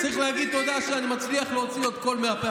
צריך להגיד תודה שאני מצליח להוציא עוד קול מהפה,